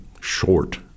short